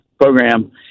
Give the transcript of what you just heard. program